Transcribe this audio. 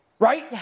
Right